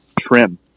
trim